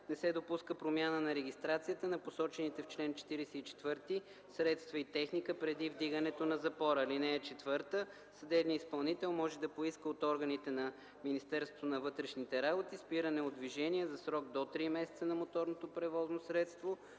Не се допуска промяна на регистрацията на посочените в чл. 44 средства и техника преди вдигането на запора. (4) Съдебният изпълнител може да поиска от органите на Министерството на вътрешните работи спиране от движение за срок до три месеца на моторно превозно средство,